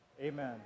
Amen